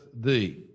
thee